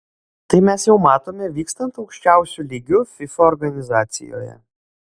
tai mes jau matome vykstant aukščiausiu lygiu fifa organizacijoje